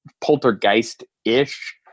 poltergeist-ish